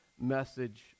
message